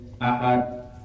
Ahad